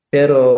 Pero